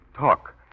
talk